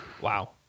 Wow